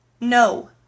No